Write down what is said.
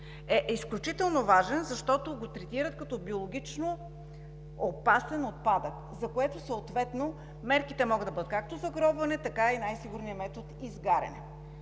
е изключително важен, защото го третират като биологично опасен отпадък, за което съответно мерките могат да бъдат както загробване, така и най сигурният метод изгаряне.